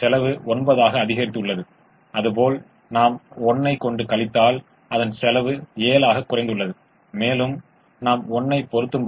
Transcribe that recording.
எனவே 11 சாத்தியமானது எனவே நாம் மாற்றும்போது 10 9 19 ஐப் பெறுகிறோம்